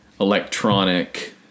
electronic